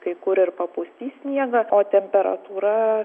kai kur ir papustys sniegą o temperatūra